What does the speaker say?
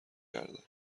گردد